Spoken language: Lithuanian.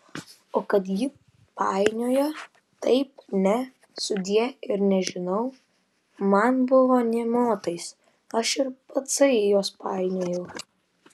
o kad ji painiojo taip ne sudie ir nežinau man buvo nė motais aš ir patsai juos painiojau